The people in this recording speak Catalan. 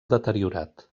deteriorat